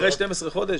אחרי 12 חודשים?